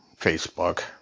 Facebook